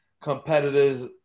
competitors